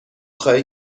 خواهی